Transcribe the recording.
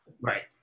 right